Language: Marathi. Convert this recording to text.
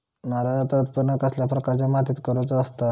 नारळाचा उत्त्पन कसल्या प्रकारच्या मातीत करूचा असता?